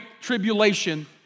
tribulation